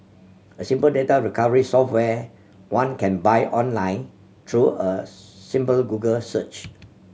a simple data recovery software one can buy online through a simple Google search